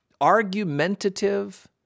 argumentative